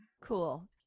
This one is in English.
Cool